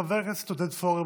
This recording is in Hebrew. חבר הכנסת עודד פורר,